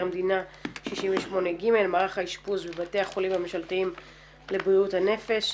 המדינה 68ג: מערך האשפוז בבתי החולים הממשלתיים לבריאות הנפש.